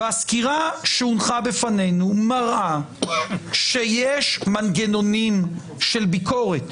והסקירה שהונחה בפנינו מראה שיש מנגנונים של ביקורת,